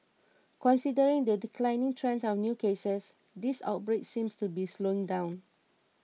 considering the declining trend of new cases this outbreak seems to be slowing down